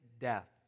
death